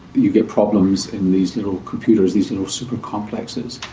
you get problems in these little computers, these little super complexes.